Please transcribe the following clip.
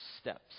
steps